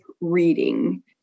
reading